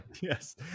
yes